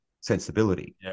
sensibility